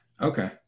Okay